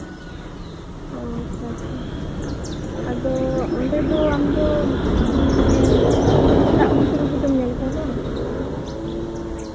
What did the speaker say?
ᱚ ᱟᱪᱪᱷᱟ ᱟᱪᱪᱷᱟ ᱟᱫᱚ ᱚᱸᱰᱮ ᱫᱚ ᱟᱢᱫᱚ ᱢᱟᱱᱮ ᱥᱮᱛᱟᱜ ᱠᱷᱚᱱᱜᱮ ᱨᱩᱜᱤᱢ ᱧᱮᱞ ᱠᱚᱣᱟ ᱵᱟᱝ